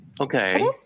Okay